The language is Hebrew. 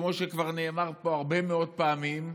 כמו שכבר נאמר פה הרבה מאוד פעמים,